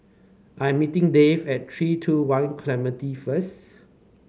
I'm meeting Dave at Three two One Clementi first